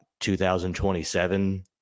2027